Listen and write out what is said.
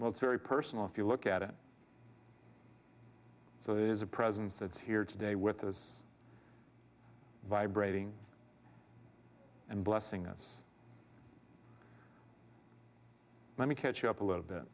well it's very personal if you look at it so that is a presence that's here today with us vibrating and blessing us let me catch up a little bit